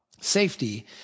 safety